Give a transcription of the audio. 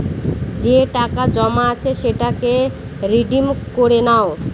যে টাকা জমা আছে সেটাকে রিডিম করে নাও